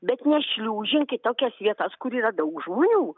bet nešliūžink į tokias vietas kur yra daug žmonių